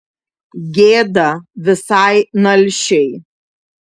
gėda visai nalšiai